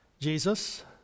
Jesus